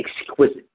exquisite